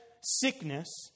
sickness